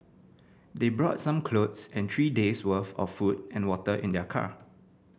they brought some clothes and three days worth of food and water in their car